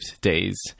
days